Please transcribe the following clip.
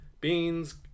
beans